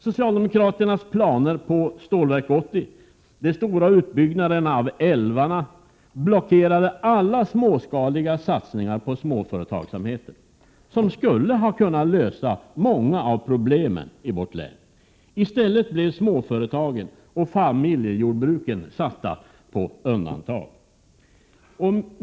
Socialdemokraternas planer på Stålverk 80 och de stora utbyggnaderna av älvarna blockerade alla småskaliga satsningar på småföretagsamheten, som skulle ha kunnat lösa många av problemen i vårt län. I stället blev småföretagen och familjejordbruken satta på undantag.